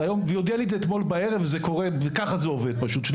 היא הודיעה על כך אתמול בערב ועכשיו אני צריך לקחת סייעת.